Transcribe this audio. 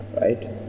right